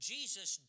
Jesus